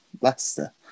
Leicester